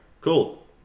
Cool